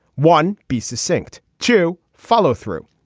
one be succinct to follow through.